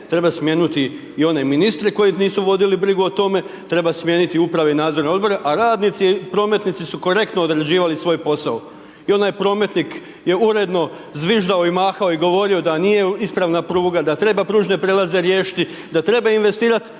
treba smijeniti i one ministre koji nisu vodili brigu o tome, treba smijeniti uprave i nadzorne odbore a radnici prometnici su korektno odrađivali svoj posao. I onaj prometnik je uredno zviždao i mahao i govorio da nije ispravna pruga, da treba pružne prijelaze riješiti, da treba investirati